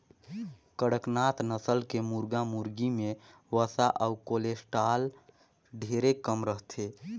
कड़कनाथ नसल के मुरगा मुरगी में वसा अउ कोलेस्टाल ढेरे कम रहथे